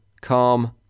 calm